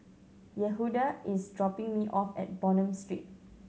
Yehuda is dropping me off at Bonham Street